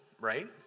right